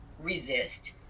resist